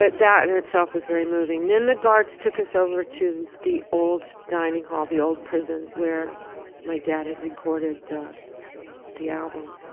but that and in itself was very moving. then the guards took us over to the old dining hall, the old prison where my dad had recorded the the album.